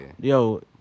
Yo